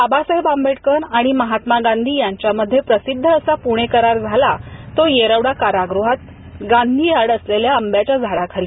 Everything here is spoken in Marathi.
बाबासाहेब आवेडकर आणि महात्मा गाधी यांच्यामध्ये प्रसिध्द असा पूणे करार झाला तो यैरवडा कारागृहात गाधी याडे असलेल्या आंब्याच्या झाडाखाली